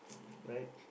right